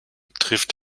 trifft